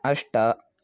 अष्ट